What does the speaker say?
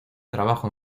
trabajo